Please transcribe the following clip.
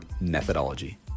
methodology